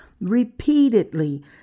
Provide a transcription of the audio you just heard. repeatedly